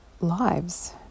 lives